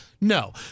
No